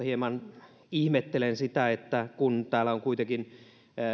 hieman ihmettelen sitä että kun täällä on kuitenkin